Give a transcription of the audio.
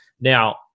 Now